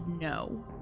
no